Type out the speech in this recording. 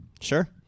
Sure